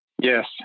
Yes